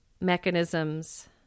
mechanisms